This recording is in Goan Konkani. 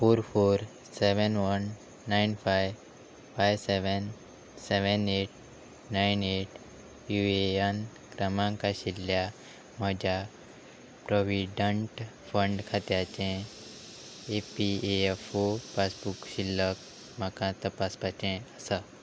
four four seven one nine five five seven seven eight nine eight U A N क्रमांक आशिल्ल्या म्हज्या प्रोविडंट फंड खात्याचे E P F O passbook शिल्लक म्हाका तपासपाचें आसा